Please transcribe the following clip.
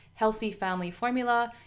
healthyfamilyformula